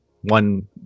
one